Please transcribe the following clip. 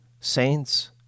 saints